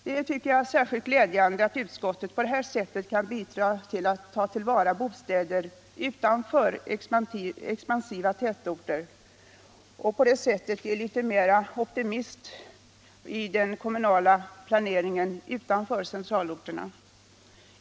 Det är — tycker jag — särskilt glädjande att utskottet på detta sätt kan bidra till att ta till vara bostäder utanför expansiva tätområden och därigenom ge litet mer optimism åt den kommunala planeringen utanför centralorterna.